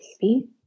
Baby